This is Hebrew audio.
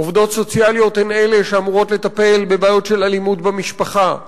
עובדות סוציאליות הן שאמורות לטפל בבעיות של אלימות במשפחה,